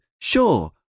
sure